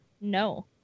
no